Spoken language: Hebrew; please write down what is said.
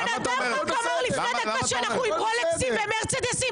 הבן אדם אמר שאנחנו עם רולקסים ומרצדסים